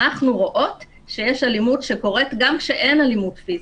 אנחנו רואות שיש אלימות שקורית גם כשאין אלימות פיזית.